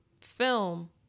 film